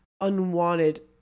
unwanted